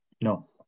No